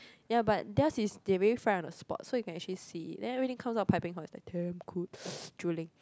ya but theirs is they really fry on the spot so you can actually see it then everything comes out piping hot is like damn good drooling